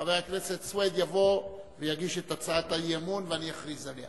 חבר הכנסת סוייד יבוא ויגיש את הצעת האי-אמון ואני אכריז עליה.